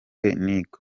nic